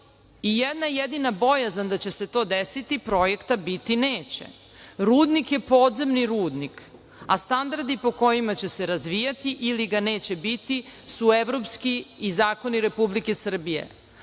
i jedna jedina bojazan da će se to desiti, projekta biti neće. Rudnik je podzemni rudnik, a standardi po kojima će se razvijati ili ga neće biti su evropski i zakoni Republike Srbije,